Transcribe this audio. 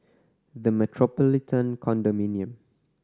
The Metropolitan Condominium